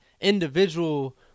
individual